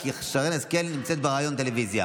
כי שרן השכל נמצאת בריאיון בטלוויזיה?